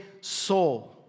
soul